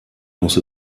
muss